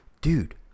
dude